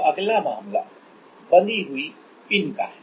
अब अगला मामला बंधी हुई पिन का है